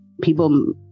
people